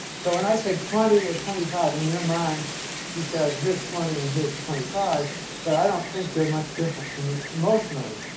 so, when i said twenty or twenty-five, in your mind you said, here's twenty and here's twenty-five but i don't think they're much different to me emotionally.